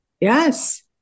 Yes